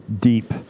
Deep